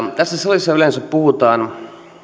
tässä salissa yleensä puhutaan